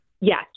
Yes